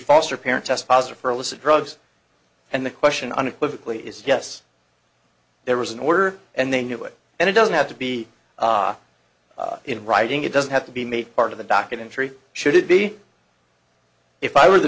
foster parent test positive for illicit drugs and the question unequivocally is yes there was an order and they knew it and it doesn't have to be in writing it doesn't have to be made part of the documentary should it be if i were the